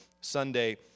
Sunday